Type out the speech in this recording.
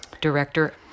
director